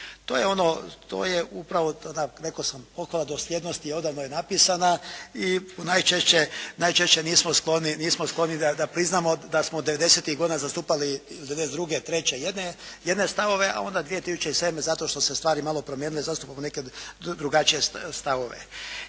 svijetu. To je upravo ona rekao sam pohvala dosljednosti, odavno je napisana i najčešće nismo skloni da priznamo da smo 90-tih godina zastupali, '92., '93. jedne stavove, a onda 2007. zato što su se stvari malo promijenile zastupamo neke drugačije stavove.